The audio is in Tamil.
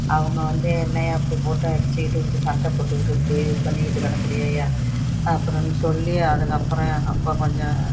அவங்க வந்து என்னைய்யா இப்படி போட்டு அடிச்சுக்கிட்டு இப்படி சண்டை போட்டுக்கிட்டு இப்படியே இது பண்ணிக்கிட்டு கிடக்குறியேயைய்யா அப்புடின்னு சொல்லி அதுக்கு அப்புறம் எங்கள் அப்பா கொஞ்சம்